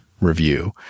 review